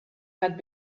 had